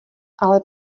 ale